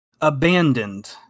Abandoned